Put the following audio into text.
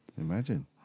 Imagine